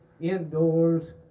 indoors